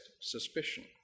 suspicion